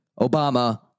Obama